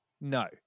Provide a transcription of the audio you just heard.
No